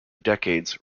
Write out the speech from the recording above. decades